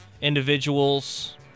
individuals